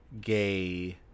gay